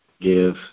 give